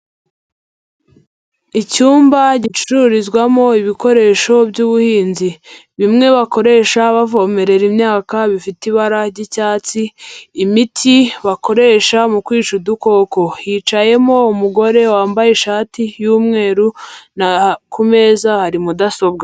Icyumba gicururizwamo ibikoresho by'ubuhinzi, bimwe bakoresha bavomerera imyaka bifite ibara ry'icyatsi, imiti bakoresha mu kwica udukoko, hicayemo umugore wambaye ishati y'umweru, ku meza hari mudasobwa.